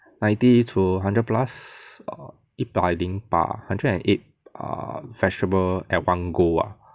ninety to hundred plus 一百零八 hundred and eight err vegetable at one go ah